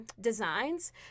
designs